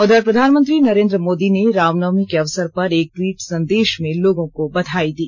उधर प्रधानमंत्री नरेन्द्र मोदी ने रामनवमी के अवसर पर एक ट्वीट संदेश में लोगों को बधाई दी